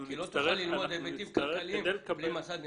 כי לא תוכל ללמוד היבטים כלכליים בלי מסד נתונים.